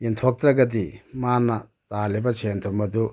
ꯌꯦꯟꯊꯣꯛꯇ꯭ꯔꯒꯗꯤ ꯃꯥꯅ ꯇꯥꯜꯂꯤꯕ ꯁꯦꯟ ꯊꯨꯝ ꯑꯗꯨ